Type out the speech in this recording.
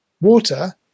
Water